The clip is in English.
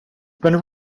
been